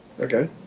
Okay